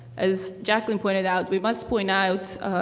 as jacqueline pointed out we must point out,